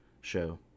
show